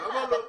למה לא?